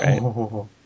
Right